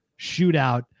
shootout